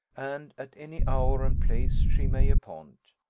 and at any hour and place she may appoint.